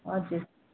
हजुर